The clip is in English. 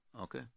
Okay